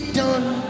done